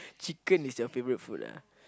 chicken is your favourite food ah